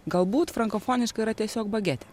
galbūt frankofoniška yra tiesiog bagetė